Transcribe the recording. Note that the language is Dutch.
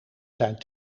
zijn